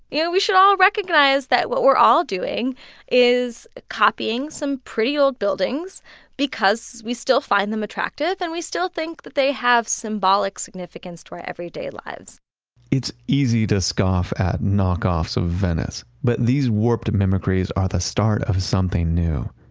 yeah we should all recognize that what we're all doing is copying some pretty old buildings because we still find them attractive and we still think that they have symbolic significance to our everyday lives it's easy to scoff at knock-offs of venice, but these warped mimicries are the start of something new.